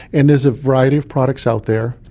and there's a variety of products out there.